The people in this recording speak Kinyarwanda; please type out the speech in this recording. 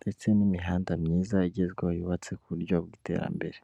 ndetse n'imihanda myiza igezweho yubatse ku buryo bw'iterambere.